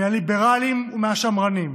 מהליברלים ומהשמרנים,